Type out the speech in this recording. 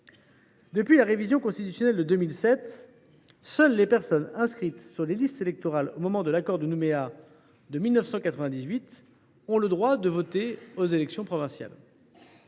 depuis la révision constitutionnelle de 2007, seules les personnes inscrites sur les listes électorales au moment de l’accord de Nouméa de 1998 ont le droit de voter aux élections provinciales.